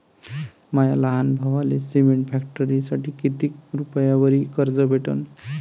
माया लहान भावाले सिमेंट फॅक्टरीसाठी कितीक रुपयावरी कर्ज भेटनं?